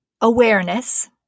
awareness